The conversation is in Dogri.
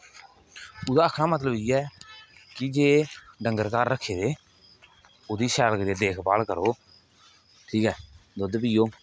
ओऐ आक्खना दा मतलब इयै कि जे डंगर घार रक्खे दे ओहदी शैल करिये देखभाल करो ठीक ऐ दुद्ध पियो